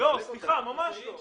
ממש לא.